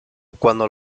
cuando